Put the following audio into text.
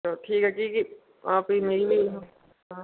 चलो ठीक ऐ कि के हां फ्ही मिगी बी